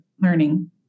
learning